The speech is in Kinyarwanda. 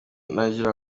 nagira